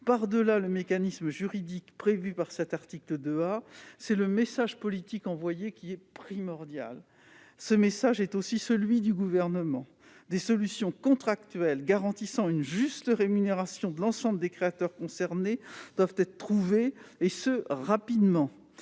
Au-delà du mécanisme juridique créé par cet article, c'est le message politique envoyé qui est primordial. Ce message est aussi celui du Gouvernement : des solutions contractuelles garantissant une juste rémunération de l'ensemble des créateurs concernés doivent être trouvées, et ce rapidement.